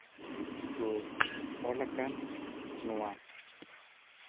ᱛᱚ ᱚᱞ ᱟᱠᱟᱱ ᱱᱚᱣᱟ